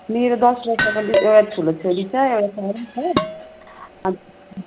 मेरो दस वर्षको एउटा ठुलो छोरी छ एउटा सानो छ अनि